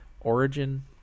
Origin